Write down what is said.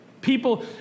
People